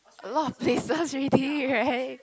a lot of places already right